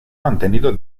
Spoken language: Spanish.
mantenido